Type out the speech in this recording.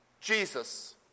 Jesus